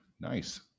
Nice